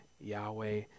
Yahweh